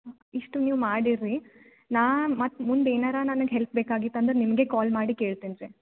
ಇಷ್ಟು ನೀವು ಮಾಡಿರಿ ರೀ ನಾನು ಮತ್ತೆ ಮುಂದೆ ಏನಾರೂ ನನಗೆ ಹೆಲ್ಪ್ ಬೇಕಾಗಿತ್ತು ಅಂದ್ರೆ ನಿಮಗೆ ಕಾಲ್ ಮಾಡಿ ಕೇಳ್ತೇನೆ ರೀ